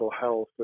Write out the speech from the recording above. health